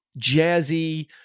jazzy